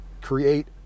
create